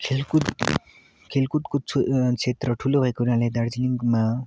खेलकुद खेलकुदको छु क्षेत्र ठुलो भएकोले हुनाले दार्जिलिङमा